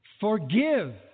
Forgive